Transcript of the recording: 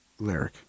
Lyric